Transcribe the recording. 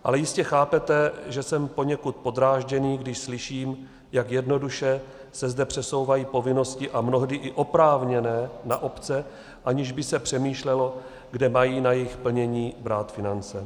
Ale jistě chápete, že jsem poněkud podrážděný, když slyším, jak jednoduše se zde přesouvají povinnosti a mnohdy i oprávněné na obce, aniž by se přemýšlelo, kde mají na jejich plnění brát finance.